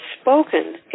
spoken